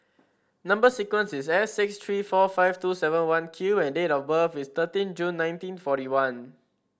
number sequence is S six three four five two seven one Q and date of birth is thirteen June nineteen forty one